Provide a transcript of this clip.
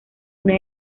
una